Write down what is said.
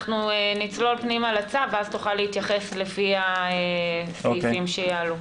נצלול פנימה לצו ואז תוכל להתייחס לפי הסעיפים שיעלו.